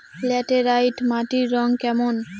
Laterite মাটির রং কেমন?